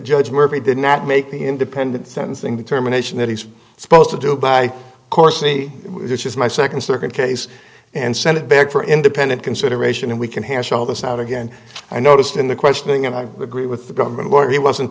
judge where he did not make the independent sentencing determination that he's supposed to do by coarsely this is my second circuit case and send it back for independent consideration and we can handle this out again i noticed in the questioning and i agree with the government lawyer he wasn't